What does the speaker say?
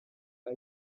pas